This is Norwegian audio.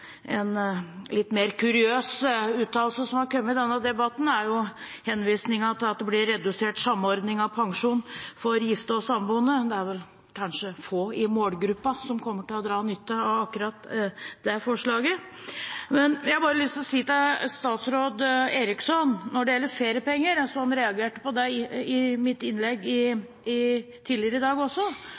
denne debatten, er henvisningen til at det blir redusert samordning av pensjon for gifte og samboende, det er vel kanskje få i målgruppen som kommer til å dra nytte av akkurat det forslaget. Jeg har lyst til å si til statsråd Eriksson at når det gjelder feriepenger – jeg så at han reagerte på det i mitt innlegg tidligere i dag – er det sånn at mange av dem som har vært arbeidsledige, kommer seg i